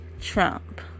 Trump